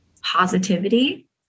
positivity